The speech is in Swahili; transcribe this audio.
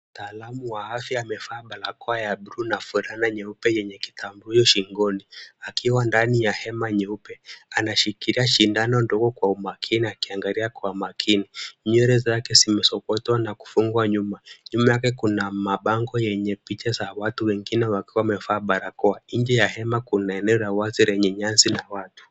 Mtaalamu wa afya amevaa barakoa ya bluu na fulana nyeupe yenye kitambulisho shingoni akiwa ndani ya hema nyeupe. Anashikilia sindano ndogo kwa umakini akiangalia kwa makini. Nywele zake zimesokotwa na kufungwa nyuma. Nyuma yake kuna mabango yenye picha za watu wengine wakiwa wamevaa barakoa. Nje ya hema kuna eneo la wazi lenye nyasi na watu.